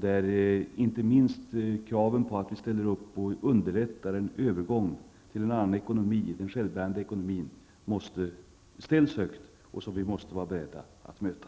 där inte minst kraven på att vi ställer upp och underlättar en övergång till en annan och självbärande ekonomi ställs högt, och dessa krav måste vi vara beredda att möta.